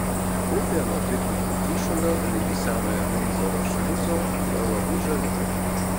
upė nuo piknikų kyšulio ligi senojo vindzoro šliuzo yra labai žavi